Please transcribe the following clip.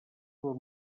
del